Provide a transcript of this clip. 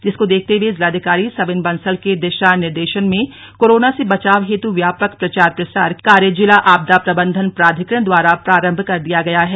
जिसको देखते हुए जिलाधिकारी सविन बंसल के दिशा निर्देशन में कोरोना से बचाव हेतु व्यापक प्रचार प्रसार कार्य जिला आपदा प्रबन्धन प्राधिकरण द्वारा प्रारम्भ कर दिया गया है